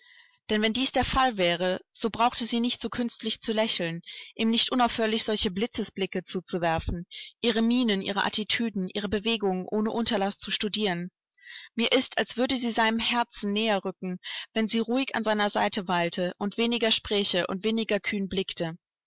denn wenn dies der fall wäre so brauchte sie nicht so künstlich zu lächeln ihm nicht unaufhörlich solche blitzesblicke zuzuwerfen ihre mienen ihre attitüden ihre bewegungen ohne unterlaß zu studieren mir ist als würde sie seinem herzen näher rücken wenn sie ruhig an seiner seite weilte und weniger spräche und weniger kühn blickte